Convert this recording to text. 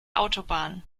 autobahn